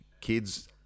kids